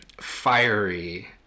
fiery